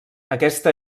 aquesta